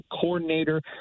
coordinator